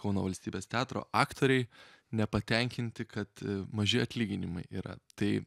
kauno valstybės teatro aktoriai nepatenkinti kad maži atlyginimai yra tai